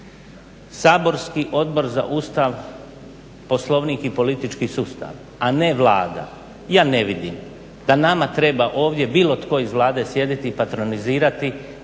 saborski Odbor za Ustav, Poslovnik i politički sustav, a ne Vlada ja ne vidim da nama treba ovdje bilo tko iz Vlade sjediti i patronizirati